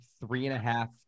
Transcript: three-and-a-half